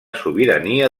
sobirania